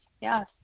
yes